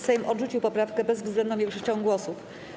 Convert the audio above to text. Sejm odrzucił poprawkę bezwzględną większością głosów.